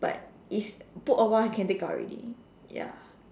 but it's put awhile can take out already ya